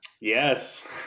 yes